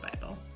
Bible